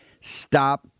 Stop